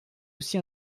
aussi